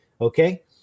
Okay